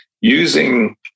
using